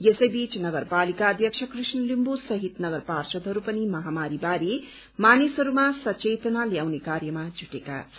यसै बीच नगरपालिका अध्यक्ष कृष्ण लिम्बू सहित नगर पार्षदहरू पनि महामारी बारे मानिसहरूमा सचेतना ल्याउने कार्यमा जुटेका छन्